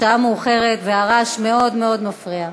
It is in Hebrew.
השעה מאוחרת והרעש מאוד מאוד מפריע.